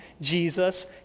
Jesus